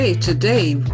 Today